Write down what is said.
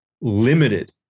limited